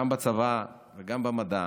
גם בצבא וגם במדע,